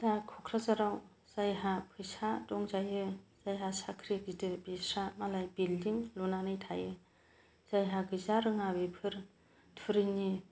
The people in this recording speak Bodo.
दा क'क्राझाराव जायहा फैसा दंजायो जायहा साख्रि गिदिर बिसोरहा मालाय बिल्दिं लुनानै थायो जायहा गैजारोङा बेफोर थुरिनि